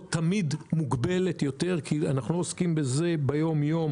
תמיד מוגבלת יותר כי אנחנו לא עוסקים בזה ביום-יום,